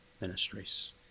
ministries